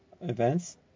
events